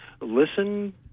listen